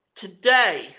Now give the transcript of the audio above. Today